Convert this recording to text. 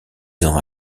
ans